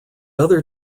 other